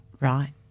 Right